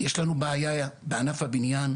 יש לנו בעיה בענף הבניה,